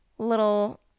little